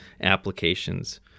applications